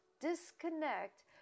disconnect